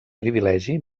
privilegi